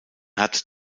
hat